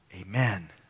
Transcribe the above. Amen